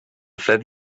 fred